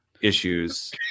issues